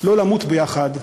לא למות ביחד,